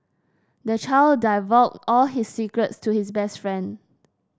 the child divulged all his secrets to his best friend